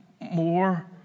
More